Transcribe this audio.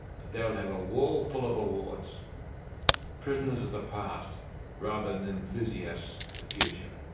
but they will have a wall full of awards prisoners of the past rather than enthusiasts for the future.